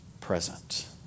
present